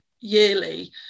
yearly